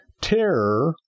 Terror